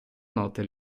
note